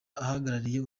ahagarariye